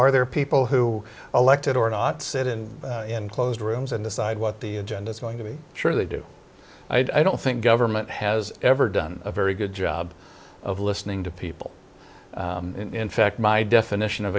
are there people who elected or not sit in in closed rooms and decide what the agenda is going to be sure they do i don't think government has ever done a very good job of listening to people in fact my definition of